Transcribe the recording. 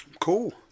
Cool